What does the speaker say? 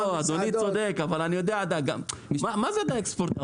מה זה דיג ספורטיבי?